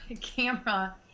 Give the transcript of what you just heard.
camera